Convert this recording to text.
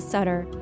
Sutter